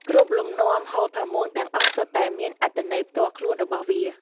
គ្រប់លំនាំហូលផាមួងទាំងអស់សុទ្ធតែមានអត្ថន័យផ្ទាល់ខ្លួនរបស់វា។